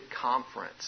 conference